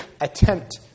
attempt